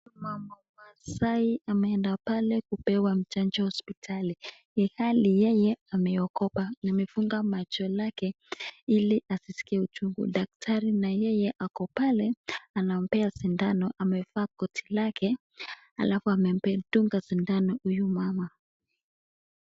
Mama masaai amenda pale kupewa janjo hospitali iwapo yeye anaokobalimefunga macho ya hili hasisikie uchungu daktari nayeye ako pale amevaa koti yake na amedunga sindano huyo mama.